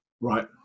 Right